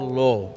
law